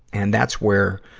and that's where,